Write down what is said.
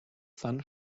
sun